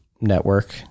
network